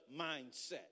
mindset